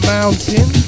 Mountain